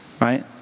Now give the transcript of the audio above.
Right